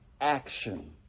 action